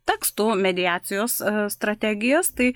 tekstų mediacijos strategijas tai